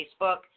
Facebook